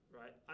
right